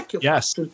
Yes